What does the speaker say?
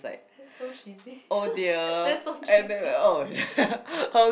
that's so cheesy that's so cheesy